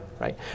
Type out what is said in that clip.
Right